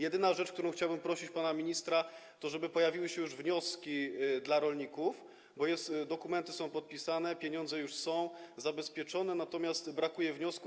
Jedyna rzecz, o którą chciałbym prosić pana ministra, to o to, żeby pojawiły się już wnioski dla rolników, bo dokumenty są podpisane, pieniądze są już zabezpieczone, natomiast brakuje wniosków.